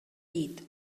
llit